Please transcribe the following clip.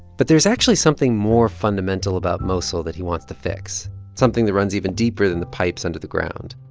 but there's actually something more fundamental about mosul that he wants to fix, something that runs even deeper than the pipes under the ground.